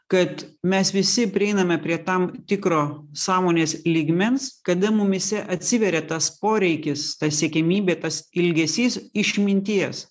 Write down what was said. kad mes visi prieiname prie tam tikro sąmonės lygmens kada mumyse atsiveria tas poreikis ta siekiamybė tas ilgesys išminties